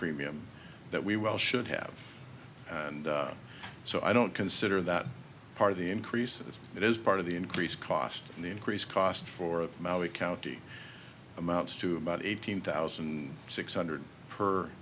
premium that we well should have and so i don't consider that part of the increases it is part of the increased cost and the increased cost for maui county amounts to about eighteen thousand six hundred